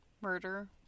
murder